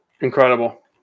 Incredible